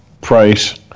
Price